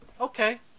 Okay